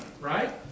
right